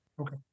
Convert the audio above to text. Okay